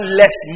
less